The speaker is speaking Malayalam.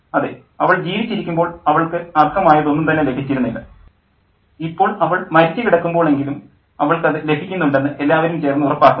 അതെ അവൾ ജീവിച്ചിരിക്കുമ്പോൾ അവൾക്ക് അർഹമായത് ഒന്നും തന്നെ ലഭിച്ചിരുന്നില്ല ഇപ്പോൾ അവൾ മരിച്ചു കിടക്കുമ്പോൾ എങ്കിലും അവൾക്കത് ലഭിക്കുന്നുണ്ടെന്ന് എല്ലാവരും ചേർന്ന് ഉറപ്പാക്കുന്നു